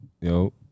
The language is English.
yo